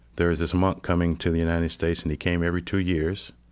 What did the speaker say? there's this monk coming to the united states, and he came every two years.